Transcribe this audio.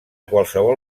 qualsevol